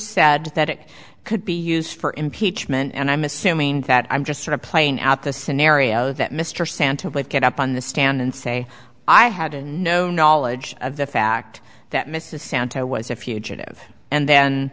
said that it could be used for impeachment and i'm assuming that i'm just sort of playing out the scenario that mr santa would get up on the stand and say i had a no knowledge of the fact that mrs santo was a fugitive and then